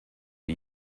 are